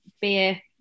beer